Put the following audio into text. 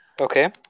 Okay